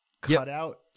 cutout